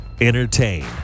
Entertain